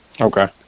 Okay